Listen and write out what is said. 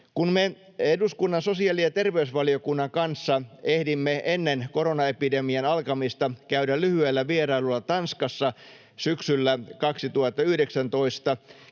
Kun me eduskunnan sosiaali- ja terveysvaliokunnan kanssa ehdimme ennen koronaepidemian alkamista käydä lyhyellä vierailulla Tanskassa syksyllä 2019,